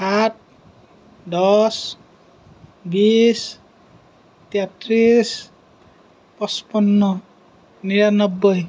সাত দহ বিছ তেত্ৰিছ পঁচপন্ন নিৰান্নব্বৈ